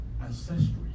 ancestry